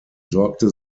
sorgte